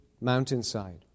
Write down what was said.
mountainside